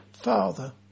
Father